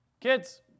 kids